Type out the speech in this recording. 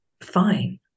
fine